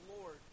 Lord